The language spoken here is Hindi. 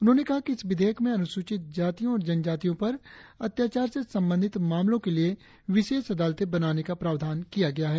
उन्होंने कहा कि इस विधेयक में अनुसूचित जातियों और जनजातियों पर अत्याचार से संबंधित मामलों के लिए विशेष अदालतें बनाने का प्रावधान किया गया हैं